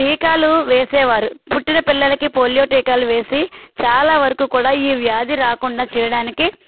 టీకాలు వేసేవారు పుట్టిన పిల్లలకు పోలియో టీకాలు వేసి చాలా వరకు కూడా ఈ వ్యాధి రాకుండా చేయడానికి